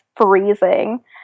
freezing